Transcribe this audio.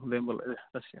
दे होमबालाय जा जासिगोन